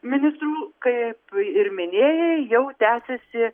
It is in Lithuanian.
ministrų kaip ir minėjai jau tęsiasi